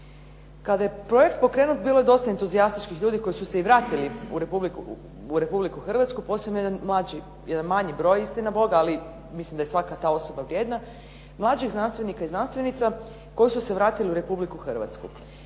Kada je projekt pokrenut bilo je dosta entuzijastičkih ljudi koji su se i vratili u Republiku Hrvatsku, posebno jedan manji broj istinabog ali mislim da je svaka ta osoba vrijedna, mlađih znanstvenika i znanstvenica koji su se vratili u Republiku Hrvatsku.